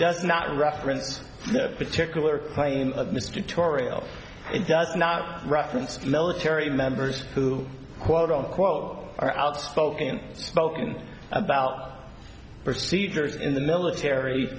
does not reference that particular claim it does not reference military members who quote unquote are outspoken spoken about procedures in the military